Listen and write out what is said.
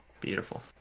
beautiful